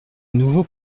nouveau